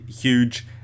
huge